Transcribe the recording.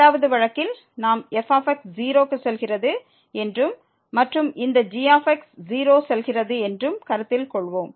2 வது வழக்கில் f 0க்கு செல்கிறது என்றும் மற்றும் இந்த g 0க்கு செல்கிறது என்றும் கருத்தில் கொள்வோம்